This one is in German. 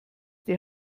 die